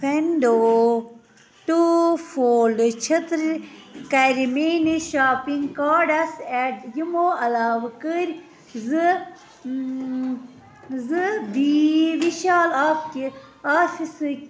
فیٚنٛڈو ٹوٗ فولڈٕ چھٔترِ کَرِ میٛٲنِس شاپنٛگ کارٹَس ایٚڈ یِمو علاوٕ کٔرۍ زٕ زٕ بی وِشال آفکہِ آفسٕکۍ